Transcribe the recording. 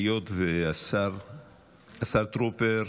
השר טרופר,